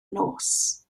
nos